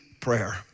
prayer